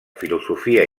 filosofia